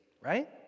right